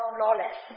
,lawless 。